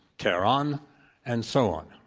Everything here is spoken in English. tehran and so on.